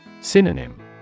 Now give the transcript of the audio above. Synonym